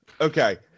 Okay